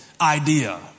idea